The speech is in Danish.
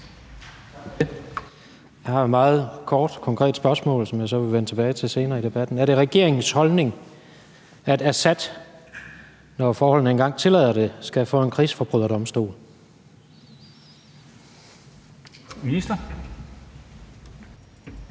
Jeg har et meget kort, konkret spørgsmål, som jeg så vil vende tilbage til senere i debatten: Er det regeringens holdning, at Assad, når forholdene engang tillader det, skal for en krigsforbryderdomstol? Kl.